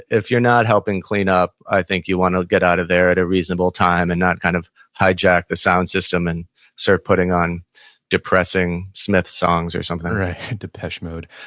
if you're not helping clean up, i think you want to get out of there at a reasonable time and not kind of hijack the sound system and started sort of putting on depressing smith songs or something depeche mode.